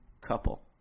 couple